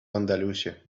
andalusia